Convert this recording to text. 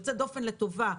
יוצא דופן לטובה.